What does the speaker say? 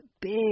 big